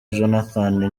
jonathan